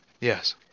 Yes